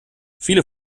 viele